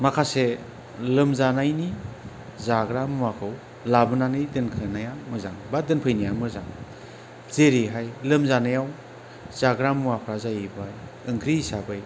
माखासे लोमजानायनि जाग्रा मुवाखौ लाबोनानै दोनखानाया मोजां बा दोनफैनाया मोजां जेरैहाय लोमजानायाव जाग्रा मुवाफोरा जाहैबाय ओंख्रि हिसाबै